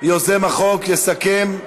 יוזם החוק, יסכם.